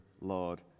Lord